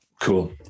Cool